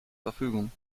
verfügung